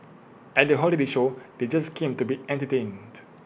at the holiday show they just came to be entertained